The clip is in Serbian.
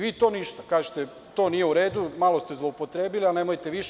Vi na to ništa, kažete – to nije u redu, malo ste zloupotrebili, nemojte više.